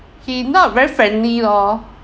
he not very friendly lor